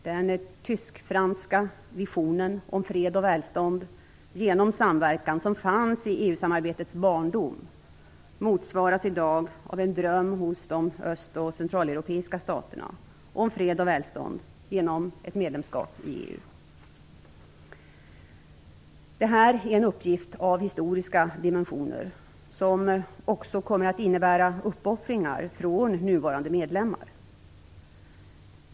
Den tysk-franska visionen om fred och välstånd genom samverkan som fanns i EU-samarbetets barndom motsvaras i dag av en dröm hos de öst och centraleuropeiska staterna om välstånd genom ett medlemskap i EU. Detta är en uppgift av historiska dimensioner, som också kommer att innebära uppoffringar från nuvarande medlemmar.